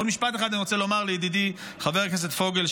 עוד משפט אחד אני רוצה לומר לידידי חבר הכנסת פוגל,